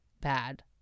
bad